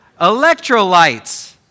Electrolytes